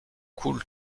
coule